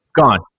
Gone